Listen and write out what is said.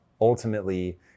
ultimately